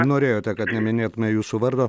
norėjote kad neminėtume jūsų vardo